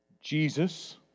Jesus